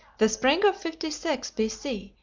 the spring of fifty six b c.